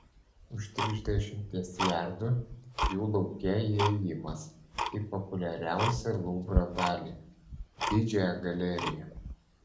už trisdešimties jardų jų laukė įėjimas į populiariausią luvro dalį didžiąją galeriją